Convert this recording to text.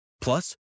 Plus